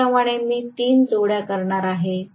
त्याचप्रमाणे मी तीन जोड्या करणार आहे